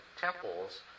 temples